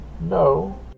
No